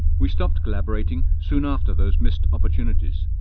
we stopped collaborating soon after those missed opportunities.